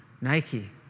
Nike